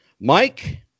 Mike